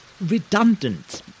redundant